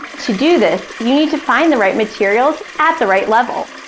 to do this, you need to find the right materials at the right level.